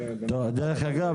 תודה רבה.